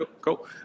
Cool